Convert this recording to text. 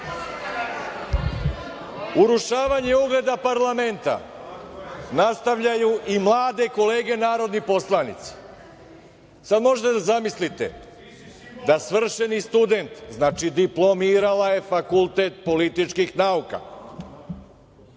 zaustavi. Urušavanje ugleda parlamenta nastavljaju i mlade kolege narodni poslanici. Sad možete da zamislite da svršeni student, znači diplomirala je Fakultet političkih nauka,